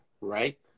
right